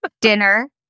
dinner